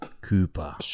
Cooper